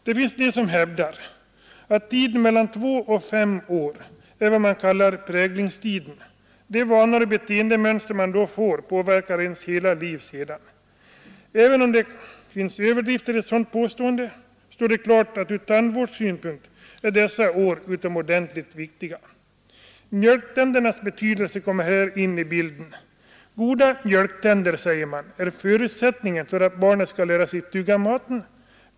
Det finns de som hävdar att de vanor och beteendemönster man får under tiden mellan 2 och 5 år, den s.k. präglingstiden, påverkar hela livet. Även om det finns överdrifter i ett sådant påstående står det klart att ur tandvårdssynpunkt är dessa år utomordentligt viktiga. Mjölktändernas betydelse kommer här in i bilden. Goda mjölktänder är förutsättningen för att barnet skall lära sig tugga maten.